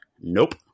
Nope